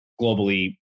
globally